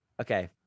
Okay